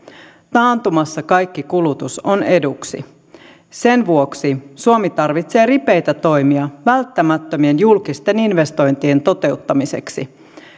taantumassa kaikki kulutus on eduksi sen vuoksi suomi tarvitsee ripeitä toimia välttämättömien julkisten investointien toteuttamiseksi